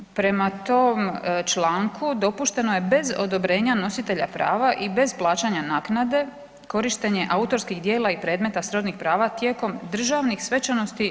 Prema tom članku dopušteno je bez odobrenja nositelja prava i bez plaćanja naknade korištenje autorskih djela i predmeta srodnih prava tijekom državnih svečanosti.